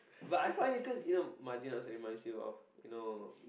but I find it cause you know Madayna also reminds you of you know